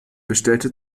bestellte